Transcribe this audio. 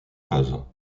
phases